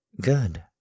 Good